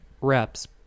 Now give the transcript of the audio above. reps